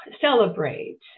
celebrate